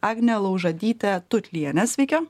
agne laužadyte tutliene sveiki